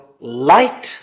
light